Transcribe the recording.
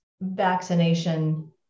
vaccination